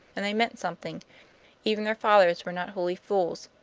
and they meant something even their fathers were not wholly fools.